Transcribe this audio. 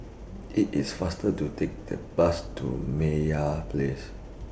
IT IS faster to Take The Bus to Meyer Place